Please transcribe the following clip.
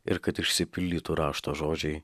ir kad išsipildytų rašto žodžiai